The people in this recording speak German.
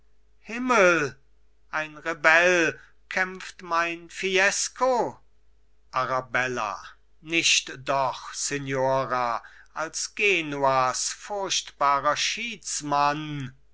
himmel ein rebell kämpft mein fiesco arabella nicht doch signora als genuas furchtbarer